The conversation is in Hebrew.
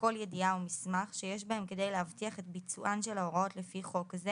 כל ידיעה או מסמך שיש בהם כדי להבטיח את ביצוען של ההוראות לפי חוק זה